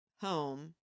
home